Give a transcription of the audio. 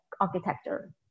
architecture